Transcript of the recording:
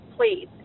please